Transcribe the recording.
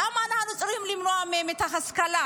למה אנחנו צריכים למנוע מהם את ההשכלה?